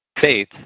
faith